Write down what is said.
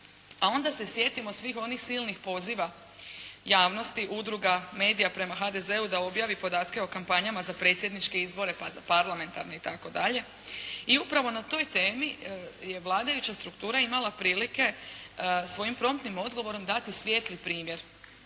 A onda se sjetimo svih onih silnih poziva javnosti, udruga medija prema HDZ-u da objavi podatke o kampanjama za predsjedničke izbore, pa za parlamentarne itd. i upravo na toj temi je vladajuća struktura imala prilike svojim promptnim odgovorom dati svijetli primjer